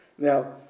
Now